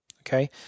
okay